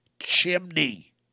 chimney